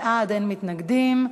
עשרה בעד, אין מתנגדים.